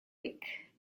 week